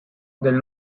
del